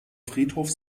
friedhof